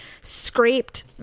scraped